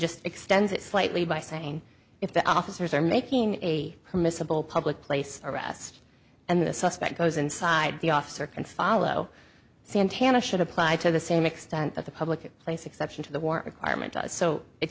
just extends it slightly by saying if the officers are making a permissible public place arrest and the suspect goes inside the officer can follow santana should apply to the same extent that the public place exception to the